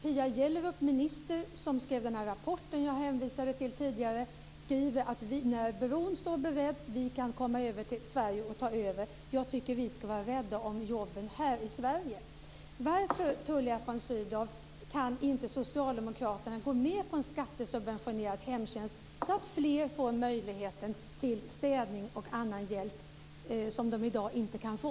Pia Gjellerup, minister som skrev den rapport som jag hänvisade till tidigare, skriver att när bron står beredd kan vi komma över till Sverige och ta över. Jag tycker att vi ska vara rädda om jobben här i Sverige. Varför, Tullia von Sydow, kan inte socialdemokraterna gå med på en skattesubventionerad hemtjänst så att fler får möjligheten till städning och annan hjälp som de i dag inte kan få?